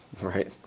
Right